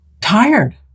tired